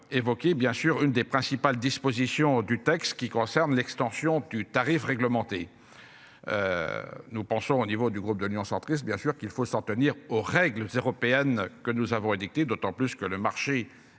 évoqué bien sûr une des principales dispositions du texte qui concerne l'extension du tarif réglementé. Nous pensons au niveau du groupe de l'Union centriste. Bien sûr qu'il faut s'en tenir aux règles s'européenne que nous avons édicté d'autant plus que le marché